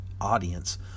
audience